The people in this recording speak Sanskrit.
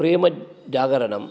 प्रेमजागरणं